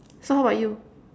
so how about you